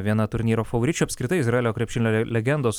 viena turnyro favoričių apskritai izraelio krepšinio legendos